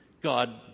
God